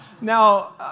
Now